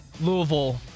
Louisville